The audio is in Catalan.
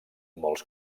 molts